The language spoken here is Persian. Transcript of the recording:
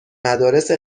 مدارس